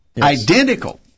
Identical